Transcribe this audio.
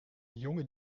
jonge